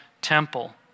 temple